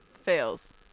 Fails